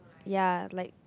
ya like